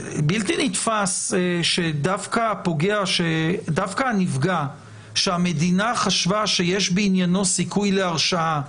בלתי נתפס שדווקא הנפגע שהמדינה חשבה שיש בעניינו סיכוי להרשעה,